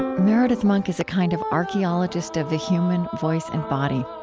meredith monk is a kind of archeologist of the human voice and body.